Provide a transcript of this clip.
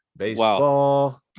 baseball